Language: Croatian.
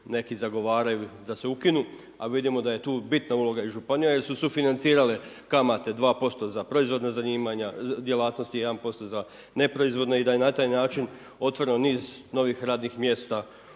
neki zagovaraju da se ukinu. A vidimo da je tu bitna uloga i županija jer su sufinancirale kamate 2% za proizvodna zanimanja, djelatnosti, 1% za neproizvodne i da je na taj način otvoreno niz radnih mjesta